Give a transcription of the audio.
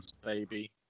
Baby